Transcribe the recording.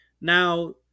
Now